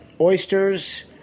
Oysters